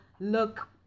look